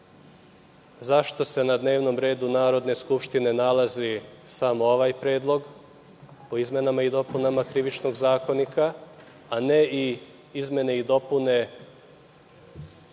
zašto se na dnevnom redu Narodne skupštine nalazi samo ovaj Predlog o izmenama i dopunama Krivičnog zakonika, a ne i predlozi izmena i dopuna